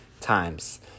times